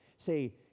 Say